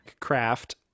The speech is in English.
craft